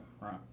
Right